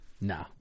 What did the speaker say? nah